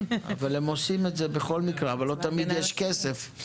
הם עושים את זה בכל מקרה אבל לא תמיד יש כסף.